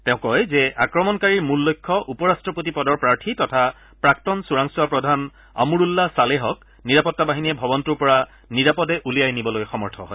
তেওঁ কয় যে আক্ৰমণকাৰীৰ মূল লক্ষ্য উপৰট্টপতি পদৰ প্ৰাৰ্থী তথা প্ৰাক্তন চোৰাংচোৱা প্ৰধান আমুৰুল্লাহ চালেহক নিৰাপত্তা বাহিনীয়ে ভৱনটোৰ পৰা নিৰাপদে উলিয়াই নিবলৈ সমৰ্থ হয়